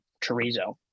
chorizo